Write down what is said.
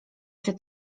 się